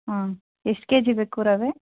ಹಾಂ ಎಷ್ಟು ಕೆಜಿ ಬೇಕು ರವೆ